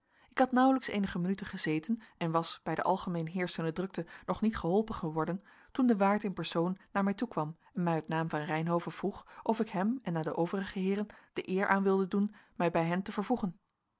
ik had nauwelijks eenige minuten gezeten en was bij de algemeen heerschende drukte nog niet geholpen geworden toen de waard in persoon naar mij toekwam en mij uit naam van reynhove vroeg of ik hem en aan de overige heeren de eer aan wilde doen mij bij hen te vervoegen